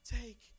take